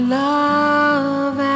love